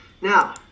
now